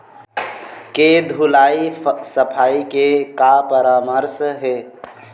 के धुलाई सफाई के का परामर्श हे?